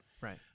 Right